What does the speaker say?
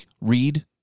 read